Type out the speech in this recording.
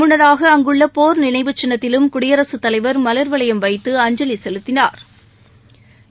முன்னதாக அங்குள்ள போா் நினைவு சின்னத்திலும் குடியரசுத் தலைவா் மலா் வளையம் வைத்து அஞ்சலி செலுத்தினாா்